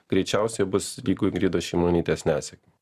greičiausiai bus lygu ingridos šimonytės nesėkmei